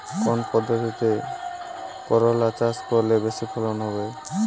কোন পদ্ধতিতে করলা চাষ করলে বেশি ফলন হবে?